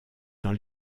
dans